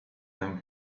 them